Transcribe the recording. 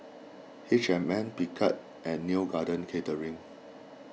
H and M Picard and Neo Garden Catering